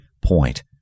point